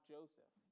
Joseph